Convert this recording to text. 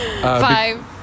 Five